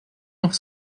noch